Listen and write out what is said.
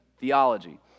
theology